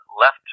left